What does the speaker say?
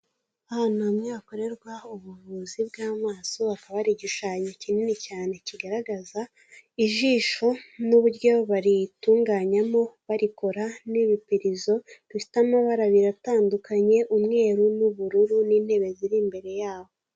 Ahantu hamwe hakorerwa ubuvuzi bw'amaso, hakaba hari igishushanyo kinini cyane kigaragaza ijisho, n'uburyo baritunganyamo barikora, n'ibipirizo bifite amabara abiri atandukanye umweru n'ubururu, n'intebe ziri imbere yaho.